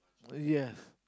yes